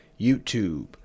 YouTube